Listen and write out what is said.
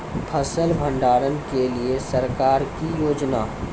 फसल भंडारण के लिए सरकार की योजना?